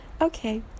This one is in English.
okay